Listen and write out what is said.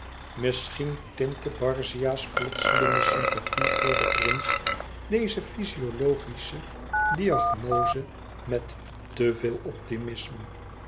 misschien tintte barzia's plotselinge sympathie voor den prins deze fyziologische diagnoze met te veel optimisme